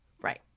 Right